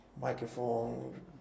microphone